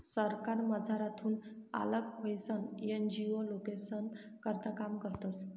सरकारमझारथून आल्लग व्हयीसन एन.जी.ओ लोकेस्ना करता काम करतस